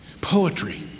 poetry